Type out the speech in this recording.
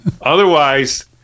Otherwise